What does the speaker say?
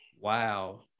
Wow